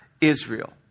Israel